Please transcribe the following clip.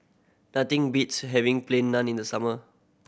nothing beats having Plain Naan in the summer